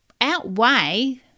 outweigh